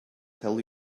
tell